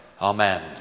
Amen